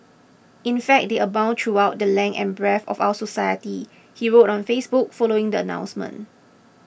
in fact they abound throughout the length and breadth of our society he wrote on Facebook following the announcement